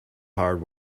hard